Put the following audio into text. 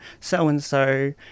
so-and-so